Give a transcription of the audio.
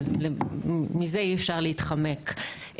מזה אי-אפשר להתחמק.